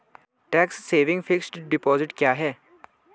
Tax saving fixed deposit क्या है?